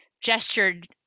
gestured